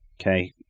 Okay